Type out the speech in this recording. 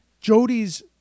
Jody's